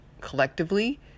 collectively